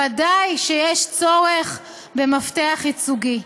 ודאי שיש צורך במפתח ייצוגי.